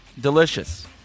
Delicious